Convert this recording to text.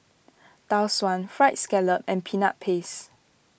Tau Suan Fried Scallop and Peanut Paste